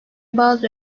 bazı